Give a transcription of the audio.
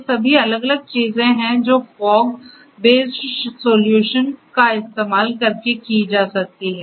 ये सभी अलग अलग चीजें हैं जो फॉग बेस्ड सॉल्यूशन का इस्तेमाल करके की जा सकती हैं